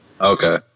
Okay